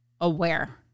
aware